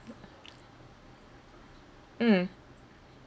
mm